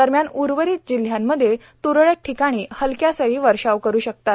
दरम्यान उर्वरित जिल्ह्यांमध्ये त्रळक ठिकाणी हलक्या सरी वर्षाव करू शकतात